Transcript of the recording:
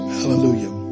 Hallelujah